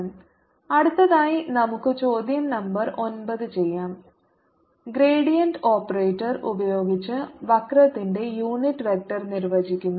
Vxyzz 2x2 3y2 V1211 2 12 13 2x23y2 z13 അടുത്തതായി നമുക്ക് ചോദ്യo നമ്പർ 9 ചെയ്യാം ഗ്രേഡിയന്റ് ഓപ്പറേറ്റർ ഉപയോഗിച്ച് വക്രത്തിന്റെ യൂണിറ്റ് വെക്റ്റർ നിർവചിക്കുന്നു